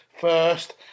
first